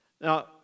Now